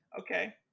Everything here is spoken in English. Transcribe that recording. okay